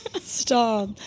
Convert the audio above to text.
stop